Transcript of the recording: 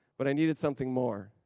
but i needed something more.